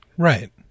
Right